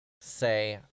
say